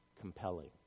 compelling